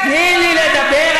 תני לי לדבר.